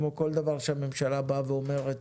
כמו כל דבר שהממשלה באה ואומרת